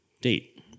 date